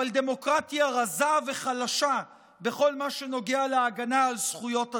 אבל דמוקרטיה רזה וחלשה בכל מה שנוגע להגנה על זכויות אדם.